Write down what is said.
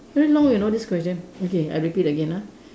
very long you know this question okay I repeat again ah